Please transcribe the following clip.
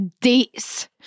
dates